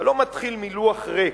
אתה לא מתחיל מלוח ריק,